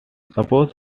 suppose